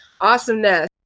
awesomeness